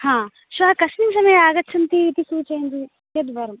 हा श्वः कस्मिन् समये आगच्छन्ति आगच्छन्ति इति सूचयन्ति चेद्वरं